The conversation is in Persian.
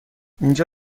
اینجا